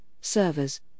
servers